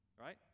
right